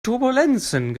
turbulenzen